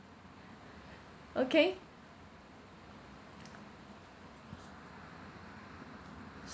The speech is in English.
okay